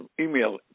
email